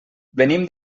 venim